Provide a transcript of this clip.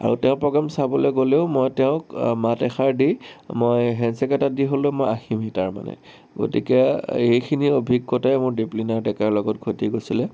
আৰু তেওঁৰ প্ৰগ্ৰেম চাবলে গ'লেও মই তেওঁক মাত এষাৰ দি মই হেণ্ড ছেক এটা দি হ'লেও মই আহিম তাৰমানে গতিকে এইখিনি অভিজ্ঞতাই মোৰ দীপলিনা ডেকাৰ লগত ঘটি গৈছিলে